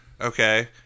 okay